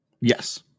Yes